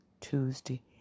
Tuesday